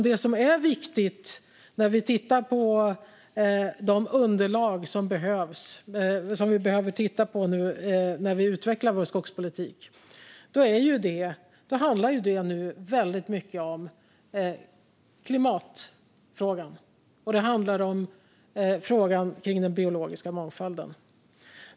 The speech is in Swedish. Det som är viktigt när vi tittar på underlagen för att utveckla vår skogspolitik handlar om klimatfrågan och den biologiska mångfalden.